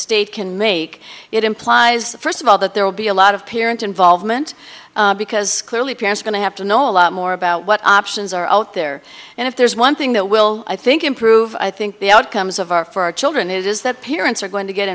state can make it implies first of all that there will be a lot of parent involvement because clearly parents going to have to know a lot more about what options are out there and if there's one thing that will i think improve i think the outcomes of our for our children is that parents are going to get